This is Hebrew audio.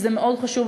שזה מאוד חשוב,